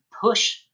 push